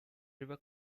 river